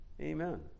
Amen